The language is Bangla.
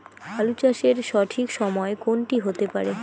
আলু চাষের সঠিক সময় কোন টি হতে পারে?